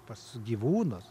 pas gyvūnus